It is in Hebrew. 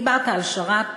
דיברת על שר"פ,